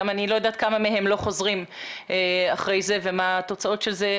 אני גם לא יודעת כמה מהם לא חוזרים אחרי זה ומה התוצאות של זה.